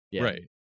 right